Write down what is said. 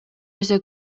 нерсе